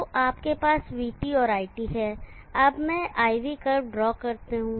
तो आपके पास vT और iT है अब मैं IV कर्व ड्रॉ करता हूं